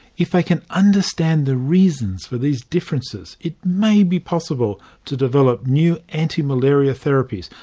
if they can understand the reasons for these differences, it may be possible to develop new anti-malaria therapies,